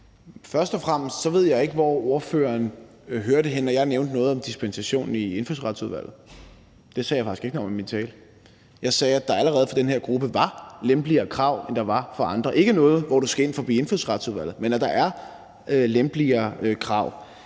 Først og fremmest ved jeg ikke, hvor ordføreren hørte, at jeg nævnte noget om dispensation i Indfødsretsudvalget. Det sagde jeg faktisk ikke noget om i min tale. Jeg sagde, at der allerede for den her gruppe var lempeligere krav, end der var for andre – ikke noget om, hvor du skal ind forbi Indfødsretsudvalget, men at der er lempeligere krav.